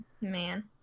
Man